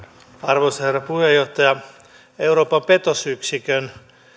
arvoisa herra puheenjohtaja euroopan petosyksikön